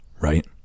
Right